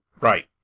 Right